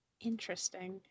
interesting